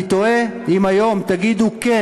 אני תוהה אם היום תגידו כן